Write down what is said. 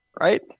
right